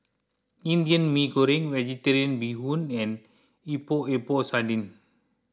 Indian Mee Goreng Vegetarian Bee Hoon and Epok Epok Sardin